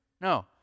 No